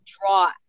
draw